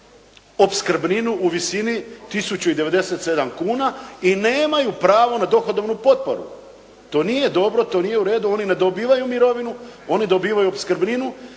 opskrbninu u visini 1097 kuna i nemaju pravo na dohodovnu potporu. To nije dobro, to nije u redu. Oni ne dobivaju mirovinu, oni dobivaju opskrbninu.